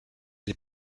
les